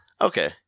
Okay